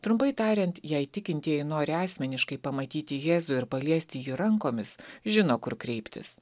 trumpai tariant jei tikintieji nori asmeniškai pamatyti jėzų ir paliesti jį rankomis žino kur kreiptis